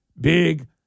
big